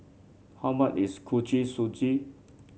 how much is Kuih Suji